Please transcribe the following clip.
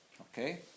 Okay